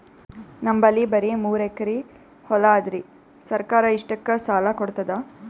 ನಮ್ ಬಲ್ಲಿ ಬರಿ ಮೂರೆಕರಿ ಹೊಲಾ ಅದರಿ, ಸರ್ಕಾರ ಇಷ್ಟಕ್ಕ ಸಾಲಾ ಕೊಡತದಾ?